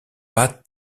pas